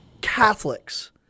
Catholics